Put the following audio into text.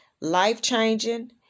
life-changing